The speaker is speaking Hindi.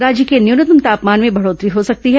राज्य के न्यूनतम तापमान में बढ़ोत्तरी हो सकती है